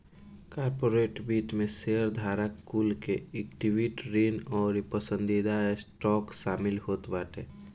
corporate वित्त में शेयरधारक कुल के इक्विटी, ऋण अउरी पसंदीदा स्टॉक शामिल होत बाटे